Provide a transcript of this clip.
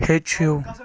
ہیٚچھِو